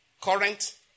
current